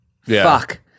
fuck